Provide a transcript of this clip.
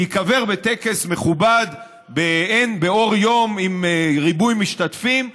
להיקבר בטקס מכובד באור יום עם ריבוי משתתפים,